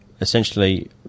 essentially